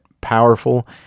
powerful